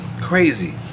crazy